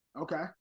Okay